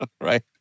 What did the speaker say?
Right